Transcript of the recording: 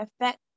effect